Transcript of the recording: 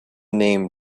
name